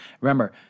remember